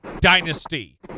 dynasty